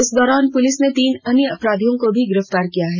इस दौरान पुलिस ने तीन अन्य अपराधियों को भी गिरफ्तार किया है